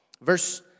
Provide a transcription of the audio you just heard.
Verse